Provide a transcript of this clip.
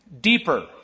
deeper